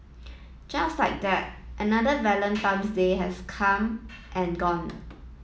just like that another Valentine's Day has come and gone